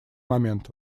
момент